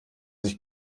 sich